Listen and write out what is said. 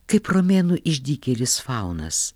kaip romėnų išdykėlis faunas